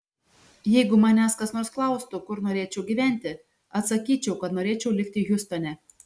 jeigu manęs kas nors klaustų kur norėčiau gyventi atsakyčiau kad norėčiau likti hjustone